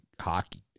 hockey